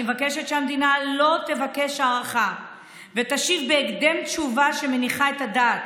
אני מבקשת שהמדינה לא תבקש הארכה ותשיב בהקדם תשובה שמניחה את הדעת.